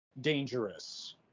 dangerous